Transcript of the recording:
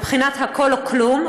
בבחינת הכול או כלום,